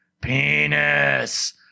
Penis